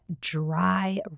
Dry